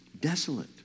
desolate